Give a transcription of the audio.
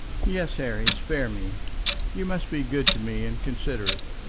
yes, harry, spare me you must be good to me and considerate,